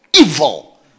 evil